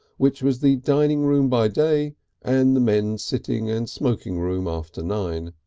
which was the dining-room by day and the men's sitting-and smoking-room after nine.